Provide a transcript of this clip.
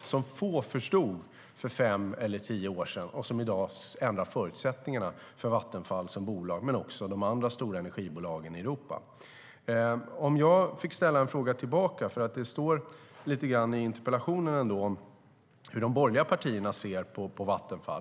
som få förstod för fem eller tio år sedan och som i dag ändrar förutsättningarna för Vattenfall som bolag men också för de andra stora energibolagen i Europa. Jag vill ställa en fråga till interpellanten. Det står lite grann i interpellationen om hur de borgerliga partierna ser på Vattenfall.